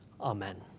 amen